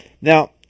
Now